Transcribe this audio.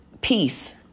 Peace